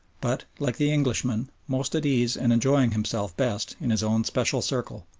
but, like the englishman, most at ease and enjoying himself best in his own special circle.